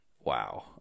wow